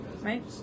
right